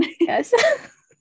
Yes